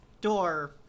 door